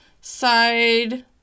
side